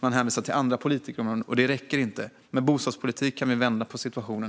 Man hänvisar till andra politikområden, men det räcker inte. Med bostadspolitik kan vi vända situationen.